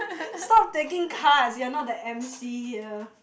stop taking cards you are not the emcee here